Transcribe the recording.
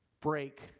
break